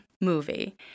movie